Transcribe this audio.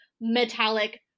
metallic